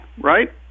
right